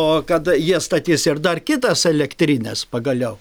o kad jie statys ir dar kitas elektrines pagaliau